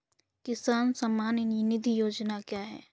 किसान सम्मान निधि योजना क्या है?